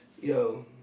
Yo